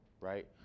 Right